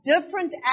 different